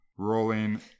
Rolling